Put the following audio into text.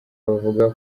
bavuga